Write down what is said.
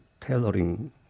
tailoring